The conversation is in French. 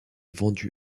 vendu